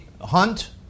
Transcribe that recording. hunt